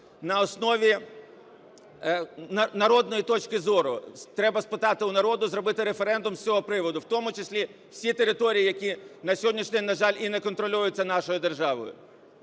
на основі народної точки зору. Треба спитати у народу, зробити референдум з цього приводу, в тому числі всі території, які на сьогоднішній день, на жаль, і не контролюються нашою державою.